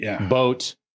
boat